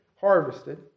harvested